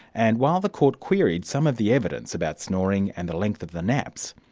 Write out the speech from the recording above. and while the court queried some of the evidence about snoring and the length of the naps,